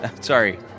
Sorry